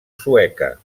sueca